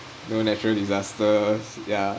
no natural disasters yeah